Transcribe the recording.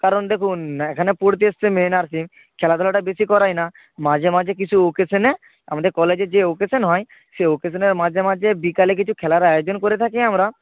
কারণ দেখুন এখানে পড়তে এসেছে মেন আর কি খেলাধুলাটা বেশি করাই না মাঝে মাঝে কিছু অকেশানে আমাদের কলেজে যে অকেশান হয় সে অকেশানের মাঝে মাঝে বিকালে কিছু খেলার আয়োজন করে থাকি আমরা